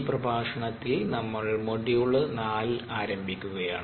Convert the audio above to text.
ഈ പ്രഭാഷണത്തിൽ നമ്മൾ മൊഡ്യൂൾ 4 ആരംഭിക്കുകയാണ്